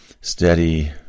steady